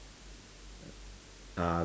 ah